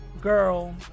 girl